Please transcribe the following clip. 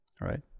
right